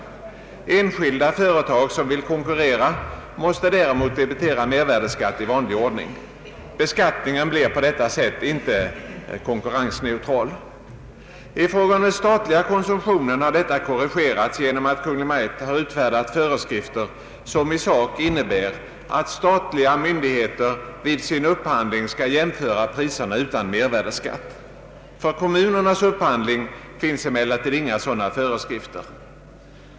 Enskilda företag som vill konkurrera måste däremot debitera mervärdeskatt i vanlig ordning. Beskattningen blir på detta sätt inte konkurrensneutral. I fråga om den statliga konsumtionen har detta korrigerats genom att Kungl. Maj:t har utfärdat föreskrifter som i sak innebär att statliga myndigheter vid upphandling skall jämföra priserna utan mervärdeskatt. För kommunernas upphandling finns emellertid inga sådana föreskrifter.